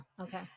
Okay